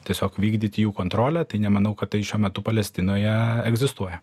tiesiog vykdyti jų kontrolę tai nemanau kad tai šiuo metu palestinoje egzistuoja